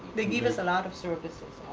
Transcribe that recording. they give us a lot of services.